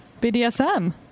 BDSM